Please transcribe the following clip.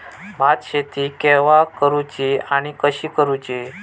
भात शेती केवा करूची आणि कशी करुची?